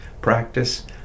practice